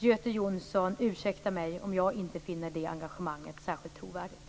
Göte Jonsson får ursäkta mig om jag inte finner det engagemanget särskilt trovärdigt.